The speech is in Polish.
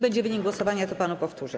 Będzie wynik głosowania, to panu powtórzę.